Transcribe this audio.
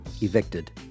evicted